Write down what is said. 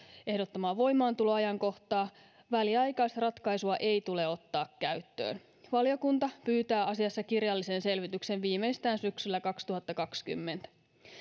ehdottamaa voimaantuloajankohtaa väliaikaisratkaisua ei tule ottaa käyttöön valiokunta pyytää asiassa kirjallisen selvityksen viimeistään syksyllä kaksituhattakaksikymmentä